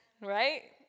Right